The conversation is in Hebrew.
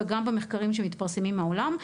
וגם במחקרים שמתפרסמים בעולם,